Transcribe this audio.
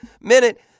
minute